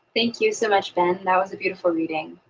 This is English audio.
thank you so much, ben. that was a beautiful reading.